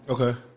Okay